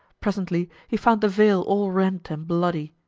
presently he found the veil all rent and bloody.